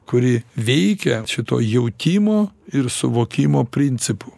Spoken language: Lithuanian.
kuri veikia šito jautimo ir suvokimo principu